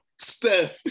Steph